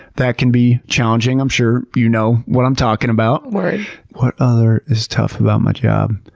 that can be challenging. i'm sure you know what i'm talking about. word. what other is tough about my job?